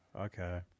okay